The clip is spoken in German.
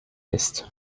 ist